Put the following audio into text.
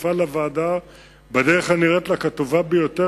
תפעל הוועדה בדרך הנראית לה כטובה ביותר